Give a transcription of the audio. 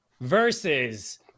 versus